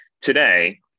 today